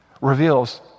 reveals